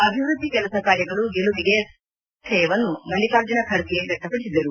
ಅಭಿವೃದ್ಧಿ ಕೆಲಸ ಕಾರ್ಯಗಳು ಗೆಲುವಿಗೆ ಸಹಕಾರಿಯಾಗಲಿದೆ ಎಂಬ ಆಶಯವನ್ನು ಮಲ್ಲಿಕಾರ್ಜುನ ಖರ್ಗೆ ವ್ಯಕ್ತಪಡಿಸಿದರು